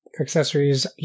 accessories